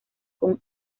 con